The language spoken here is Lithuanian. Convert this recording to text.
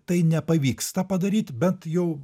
tai nepavyksta padaryt bet jau